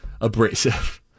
abrasive